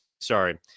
sorry